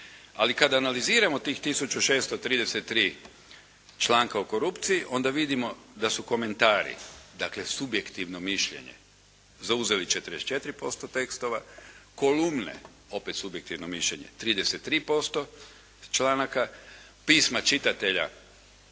Ali kad analiziramo tih tisuću 633 članka o korupciji, onda vidimo da su komentari, dakle subjektivno mišljenje zauzeli 44% tekstova, kolumne, opet subjektivno mišljenje, 33% članaka, pisma čitatelja